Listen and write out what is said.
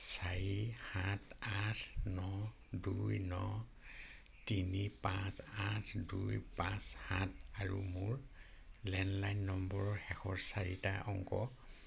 চাৰি সাত আঠ ন দুই ন তিনি পাঁচ আঠ দুই পাঁচ সাত আৰু মোৰ লেণ্ডলাইন নম্বৰৰ শেষৰ চাৰিটা অংক